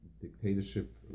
dictatorship